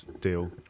deal